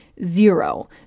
zero